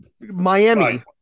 Miami